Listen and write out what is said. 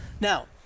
Now